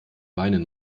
weinen